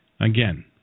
Again